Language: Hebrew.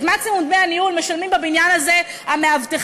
את מקסימום דמי הניהול משלמים בבניין הזה המאבטחים,